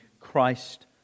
Christ